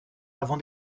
avant